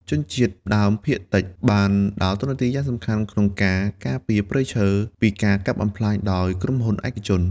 ជនជាតិដើមភាគតិចបានដើរតួនាទីយ៉ាងសំខាន់ក្នុងការ ការពារព្រៃឈើ ពីការកាប់បំផ្លាញដោយក្រុមហ៊ុនឯកជន។